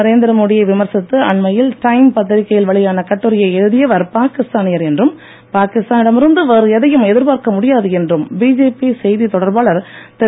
நரேந்திரமோடி யை விமர்ச்சித்து அண்மையில் டைம் பத்திரிக்கையில் வெளியான கட்டுரையை எழுதியவர் பாகிஸ்தானியர் என்றும் பாகிஸ்தானிடம் இருந்து வேறு எதையும் எதிர்ப்பார்க்க முடியாது என்றும் பிஜேபி செய்தித் தொடர்பாளர் திரு